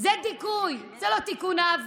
זה דיכוי, זה לא תיקון עוול.